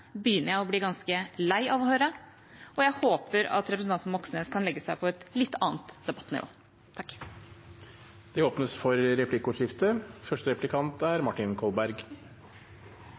begynner jeg å bli ganske lei av å høre, og jeg håper at representanten Moxnes kan legge seg på et litt annet debattnivå. Det blir replikkordskifte. Det er litt i ytterkanten av denne sakens realiteter, men det er